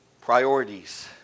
priorities